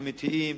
אמיתיים,